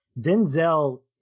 Denzel